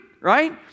right